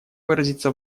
выразиться